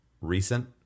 recent